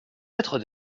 être